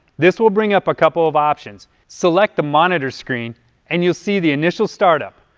this will bring up a couple of options. select the monitor screen and you will see the initial start-up,